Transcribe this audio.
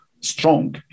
strong